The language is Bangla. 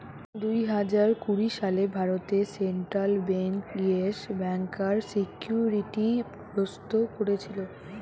দুই হাজার কুড়ি সালে ভারতে সেন্ট্রাল বেঙ্ক ইয়েস ব্যাংকার সিকিউরিটি গ্রস্ত কোরেছিল